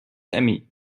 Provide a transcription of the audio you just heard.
emmy